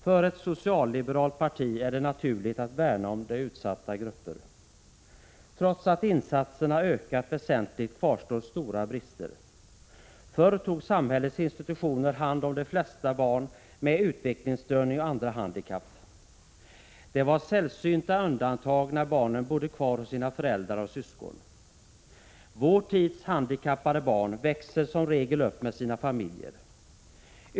För ett socialliberalt parti är det naturligt att värna om utsatta grupper. Trots att insatserna ökat väsentligt kvarstår stora brister. Förr tog samhällets institutioner hand om de flesta barn med utvecklingsstörning och andra handikapp. Det var sällsynta undantag när barnen bodde kvar hos sina föräldrar och syskon. Vår tids handikappade barn växer som regel upp i sina familjer.